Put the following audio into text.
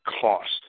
cost